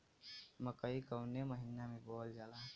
मकई कवने महीना में बोवल जाला?